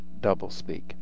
doublespeak